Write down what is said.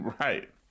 Right